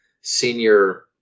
senior